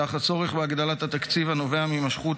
סך הצורך בהגדלת התקציב הנובע מהימשכות